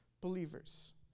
believers